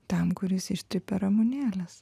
tam kuris ištrypė ramunėles